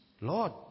Lord